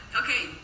okay